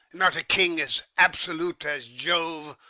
and art a king as absolute as jove,